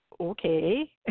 okay